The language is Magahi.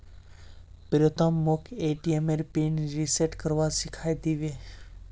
प्रीतम मोक ए.टी.एम पिन रिसेट करवा सिखइ दी बे